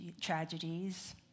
tragedies